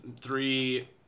three